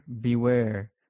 beware